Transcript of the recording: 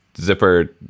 zipper